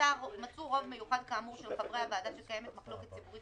מצאו רוב מיוחד כאמור של חברי הוועדה שקיימת מחלוקת ציבורית